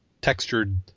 textured